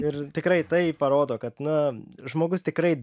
ir tikrai tai parodo kad na žmogus tikrai